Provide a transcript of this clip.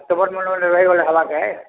ତମର୍ ମନେ ମନେ ଏନ୍ତା ରହିଗଲେ ହେବା କାଏଁ